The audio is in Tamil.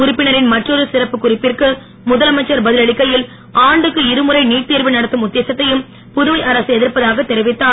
உறுப்பினரின் மற்றெரு சிறப்புக் குறிப்பிற்கு முதலமைச்சர் பதில் அளிக்கையில் ஆண்டுக்கு இருமுறை நீட் தேர்வு நடத்தும் உத்தேசத்தையும் புதுவை அரசு எதிர்ப்பதாகத் தெரிவித்தார்